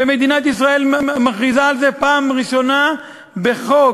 ומדינת ישראל מכריזה על זה בפעם הראשונה בחוק.